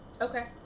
Okay